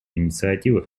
инициативах